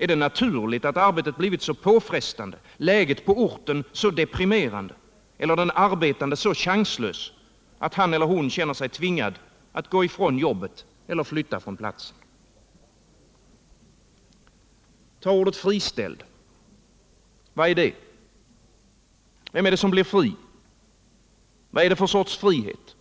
Är det naturligt att arbetet blivit så påfrestande, läget på orten så deprimerande eller den arbetande så chanslös att han eller hon känner sig tvingad att gå ifrån arbetet eller flytta från platsen? Ta ordet friställd. Vad är det? Vem är det som blir fri? Vad är det för sorts frihet?